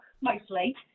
mostly